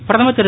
பிரதமர் திரு